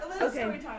Okay